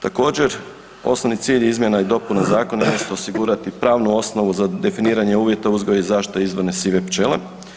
Također osnovni cilj izmjena i dopuna zakona jest osigurati pravnu osnovu za definiranje uvjeta uzgoja i zaštitu izvorne sive pčele.